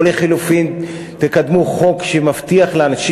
או לחלופין תקדמו חוק שמבטיח לאנשים